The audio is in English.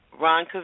Ron